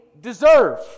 deserve